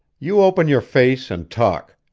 you open your face and talk!